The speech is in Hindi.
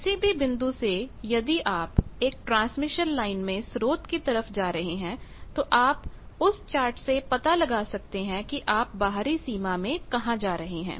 किसी भी बिंदु से यदि आप एक ट्रांसमिशन लाइन में स्रोत की तरफ जा रहे हैं तो आप उस चार्ट से पता लगा सकते हैं कि आप बाहरी सीमा में कहाँ जा रहे हैं